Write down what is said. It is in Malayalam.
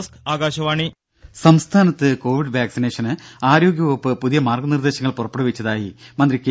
രമേ സംസ്ഥാനത്ത് കോവിഡ് വാക്സിനേഷന് ആരോഗ്യ വകുപ്പ് പുതിയ മാർഗനിർദേശങ്ങൾ പുറപ്പെടുവിച്ചതായി മന്ത്രി കെ